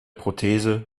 prothese